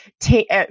take